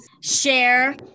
share